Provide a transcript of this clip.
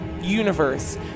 universe